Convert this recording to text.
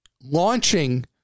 launching